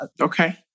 Okay